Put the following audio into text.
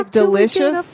delicious